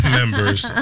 members